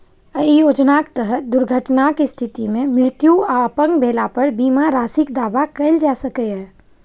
अय योजनाक तहत दुर्घटनाक स्थिति मे मृत्यु आ अपंग भेला पर बीमा राशिक दावा कैल जा सकैए